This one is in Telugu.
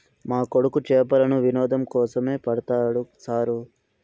మా కొడుకు చేపలను వినోదం కోసమే పడతాడు సారూ